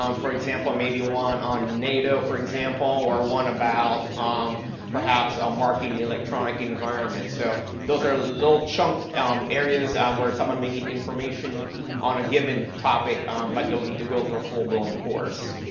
um for example, maybe one on nato, for example, or one about um perhaps ah marking in the electronic environment. so, those are little chunk um areas where someone may need information on a given topic but don't need to go through a full-blown course.